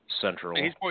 central